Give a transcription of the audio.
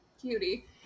cutie